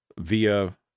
via